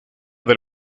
del